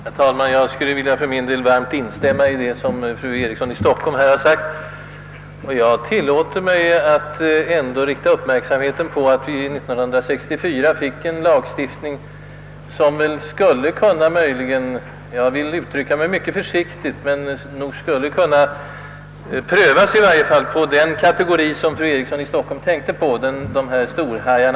Herr talman! Jag vill för min del varmt instämma i syftet med det anförande fru Eriksson i Stockholm nu höll. Samtidigt tillåter jag mig rikta uppmärksamheten på att vi år 1964 antog en lagstiftning som väl möjligen skulle kunna — jag vill uttrycka mig mycket försiktigt — prövas i varje fall på den kategori som fru Eriksson i Stockholm tänkte på, alltså dessa asociala »storhajar».